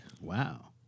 Wow